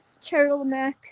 turtleneck